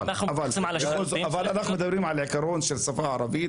אבל אנחנו מדברים על העיקרון של השפה הערבית,